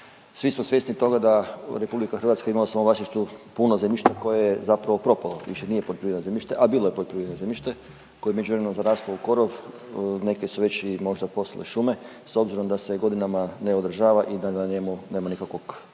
Svi smo svjesni toga da RH ima u svom vlasništvu puno zemljišta koje je zapravo propalo, više nije poljoprivredno zemljište, a bilo je poljoprivredno zemljište koje je u međuvremenu zaraslo u korov, neke su već i možda postale šume s obzirom da se godinama ne održava i da na njemu nema nikakvog